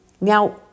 Now